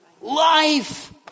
life